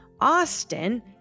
Austin